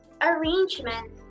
arrangement